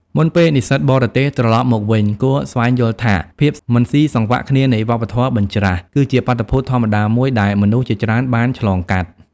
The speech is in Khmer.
មុនពេលនិស្សិតបរទេសត្រឡប់មកវិញ គួរស្វែងយល់ថាភាពមិនស៊ីសង្វាក់គ្នានៃវប្បធម៌បញ្ច្រាស គឺជាបាតុភូតធម្មតាមួយដែលមនុស្សជាច្រើនបានឆ្លងកាត់។